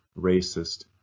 racist